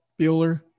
Bueller